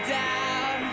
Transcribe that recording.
down